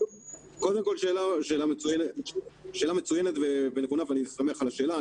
קודם כל, שאלה מצוינת ונכונה ואני שמח על השאלה.